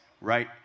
Right